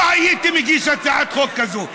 לא הייתי מגיש הצעת חוק כזאת.